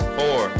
four